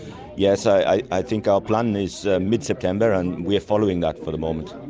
yes, i i think our plan is mid-september and we are following that for the moment.